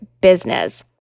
business